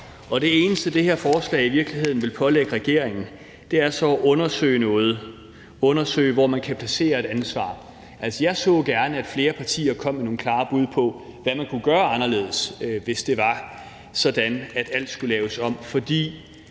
det eneste, det her forslag i virkeligheden vil pålægge regeringen, er så at undersøge noget – undersøge, hvor man kan placere et ansvar. Altså, jeg så gerne, at flere partier kom med nogle klare bud på, hvad man kunne gøre anderledes, hvis det var sådan, at alt skulle laves om.